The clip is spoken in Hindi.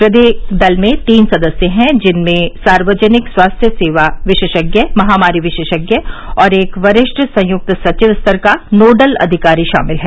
प्रत्येक दल में तीन सदस्य हैं जिनमें सार्वजनिक स्वास्थ्य विशेषज्ञ महामारी विशेषज्ञ और एक वरिष्ठ संयुक्त सचिव स्तर का नोडल अधिकारी शामिल हैं